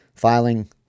filing